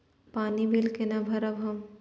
पानी बील केना भरब हम?